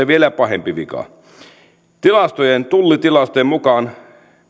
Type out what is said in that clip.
vielä pahempi vika tullitilastojen mukaan